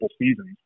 seasons